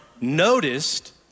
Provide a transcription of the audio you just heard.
noticed